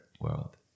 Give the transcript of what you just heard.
world